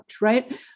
right